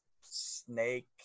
snake